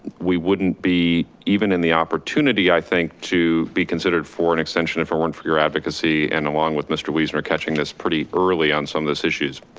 we wouldn't be even in the opportunity, i think to be considered for an extension if it weren't for your advocacy and along with mr. weisnor catching this pretty early on some of those issues.